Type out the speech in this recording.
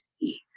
see